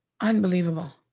Unbelievable